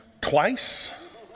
twice